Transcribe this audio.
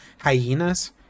Hyenas